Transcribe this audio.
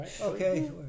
Okay